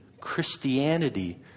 Christianity